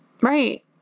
Right